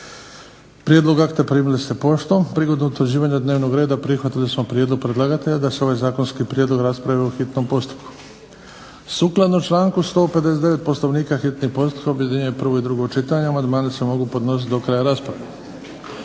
Prijedlog akta primili ste poštom. Prigodom utvrđivanja dnevnog reda prihvatili smo prijedlog predlagatelja da se ovaj zakonski prijedlog raspravi u hitnom postupku. Sukladno članku 159. Poslovnika hitni postupak objedinjuje prvo i drugo čitanje, amandmani se mogu podnositi do kraja rasprave.